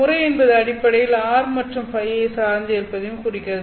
mode என்பது அடிப்படையில் r மற்றும் ϕ ஐ சார்ந்து இருப்பதையும் குறிக்கிறது